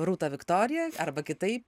rūta viktorija arba kitaip